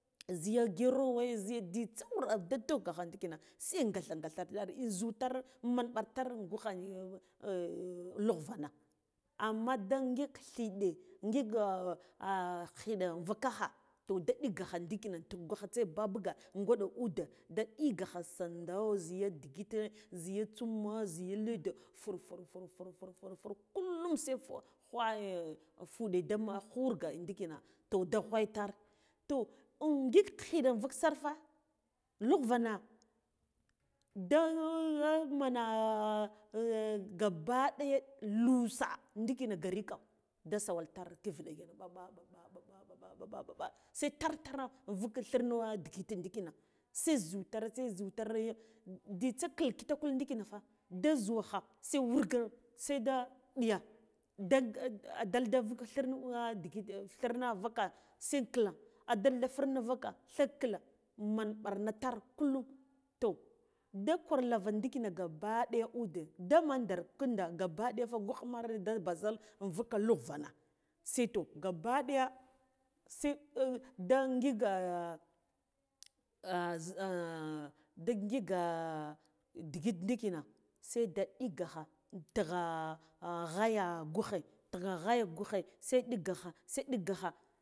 Ziya gerowe ziya jzitsi wura da tugh gakha ndikina se gatha gathene in zutar man ɓar tar in gugha ingvana amma da ngik thiɗe ngik khiɗe vuka kha toda ɗigakha ndikina tughwakha se babuga gwaɗa ude da ɗigakha sando jiya digite ziya tsummo ziya leda fur fur fur fur fur fur kullum se fu kwaya fuɗe da khurga in ndikina toh da gwiyatar toh in ngik khiɗe invuk sirfa lugra na da da mana gabba ɗaya lusa ndikina gari kam da sawal tar kiviɗe yauwa ɓaɓa ɓaɓa ɓaɓa ɓaɓa ɓaɓa ɓaɓa se tar tara lavuk thirna ndigite ndikina se zu tar. se zu tare jzitsa kil kitakul ndikina fa da zuwakha se wurgiseda ɗiya da adalda vuka thirna digit thirna vuka se gla adalda vurna vuka thak gla man ɓarna tar. Kullum toh da gwarlava ndikina gabbaɗaya ude damin der ƙinda gabbaɗaya nvuk lugvana se toh gabbaɗaya se da ngiga da ngiga digit ndikna seda ɗigakha tigha ghata gughe tigha ghya gu ghe se ɗigga kha se ɗigga kha